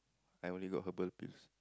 I only got herbal pills